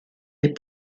les